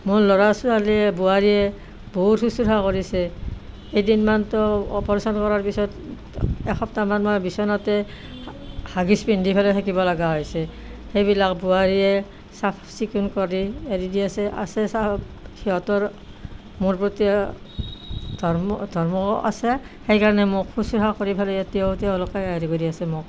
মোৰ ল'ৰা ছোৱালীয়ে বোৱাৰীয়ে বহুত শুশ্ৰূষা কৰিছে এদিনমানতো অপাৰেশ্যন কৰাৰ পিছত এসপ্তাহমান মই বিছনাতে হাগিছ পিন্ধি পেলাই থাকিব লগা হৈছে সেইবিলাক বোৱাৰীয়ে চাফ চিকুণ কৰি এৰি দি আছে আছে সিহঁতৰ মোৰ প্ৰতি ধৰ্ম ধৰ্ম আছে সেইকাৰণে মোক শুশ্ৰূষা কৰি পেলাই তেওঁ তেওঁলোকে হেৰি কৰি আছে মোক